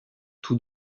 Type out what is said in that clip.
tous